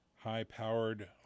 high-powered